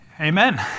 Amen